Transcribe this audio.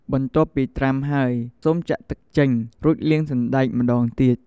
បន្ទាប់ពីត្រាំហើយ សូមចាក់ទឹកចេញ រួចលាងសណ្ដែកម្ដងទៀត។